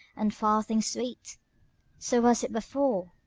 and far things sweet so was it before!